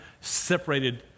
separated